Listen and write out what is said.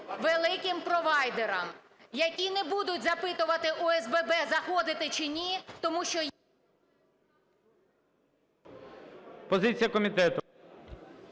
великим провайдерам, які не будуть запитувати ОСББ, заходити чи ні, тому що… ГОЛОВУЮЧИЙ. Позиція комітету.